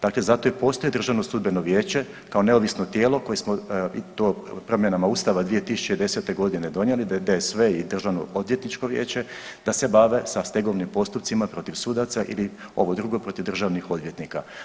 Dakle, zato i postoji Državno sudbeno vijeće kao neovisno tijelo koje smo i to promjenama Ustava 2010. godine donijeli da je sve i Državno odvjetničko vijeće, da se bave sa stegovnim postupcima protiv sudaca ili ovo drugo protiv državnih odvjetnika.